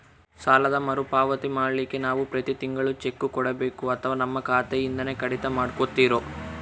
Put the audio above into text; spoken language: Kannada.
ಸಾಲದ ಮರುಪಾವತಿ ಮಾಡ್ಲಿಕ್ಕೆ ನಾವು ಪ್ರತಿ ತಿಂಗಳು ಚೆಕ್ಕು ಕೊಡಬೇಕೋ ಅಥವಾ ನಮ್ಮ ಖಾತೆಯಿಂದನೆ ಕಡಿತ ಮಾಡ್ಕೊತಿರೋ?